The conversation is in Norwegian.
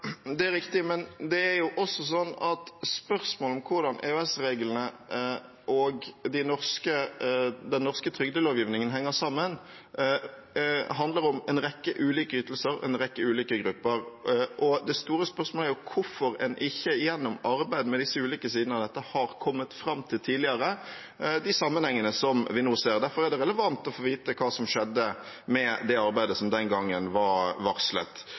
Det åpnes for oppfølgingsspørsmål – først Audun Lysbakken. Det er riktig, men det er også sånn at spørsmål om hvordan EØS-reglene og den norske trygdelovgivningen henger sammen, handler om en rekke ulike ytelser, en rekke ulike grupper. Det store spørsmålet er hvorfor en ikke, gjennom arbeidet med de ulike sidene av dette, har kommet fram til – tidligere – de sammenhengene som vi nå ser. Derfor er det relevant å få vite hva som skjedde med det arbeidet som den gangen var varslet.